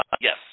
Yes